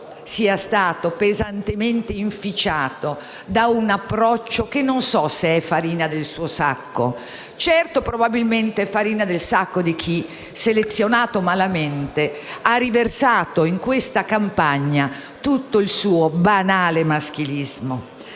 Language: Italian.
sia stato pesantemente inficiato da un approccio che non so se sia farina del suo sacco. Certo, probabilmente, è farina del sacco di chi, selezionato malamente, ha riversato in questa campagna tutto il suo banale maschilismo.